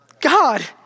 God